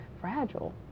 fragile